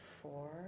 four